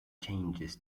changes